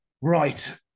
Right